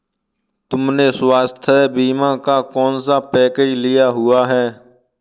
तुमने स्वास्थ्य बीमा का कौन सा पैकेज लिया हुआ है?